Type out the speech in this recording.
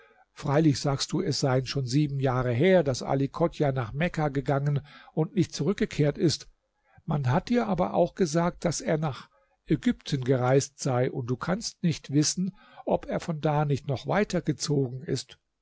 freilich sagst du es seien schon sieben jahre her daß ali chodjah nach mekka gegangen und nicht zurückgekehrt ist man hat dir aber auch gesagt daß er nach ägypten gereist sei und du kannst nicht wissen ob er von da nicht noch weiter gezogen ist